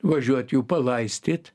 važiuot jų palaistyt